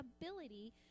ability